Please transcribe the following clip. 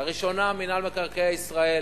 לראשונה מינהל מקרקעי ישראל